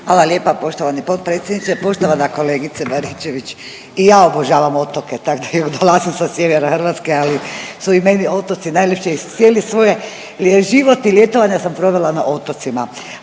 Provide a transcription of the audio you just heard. Hvala lijepa poštovani potpredsjedniče. Poštovana kolegice Baričević i ja obožavam otoke tak da evo dolazim sa sjevera Hrvatske, ali su i meni otoci najljepši i cijeli svoj život i ljetovanja sam provela na otocima.